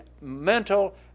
mental